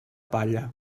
palla